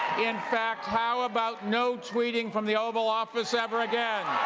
in fact, how about no tweeting from the oval office ever again?